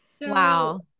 Wow